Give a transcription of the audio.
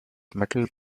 metal